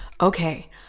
okay